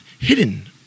hidden